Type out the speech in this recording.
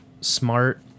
smart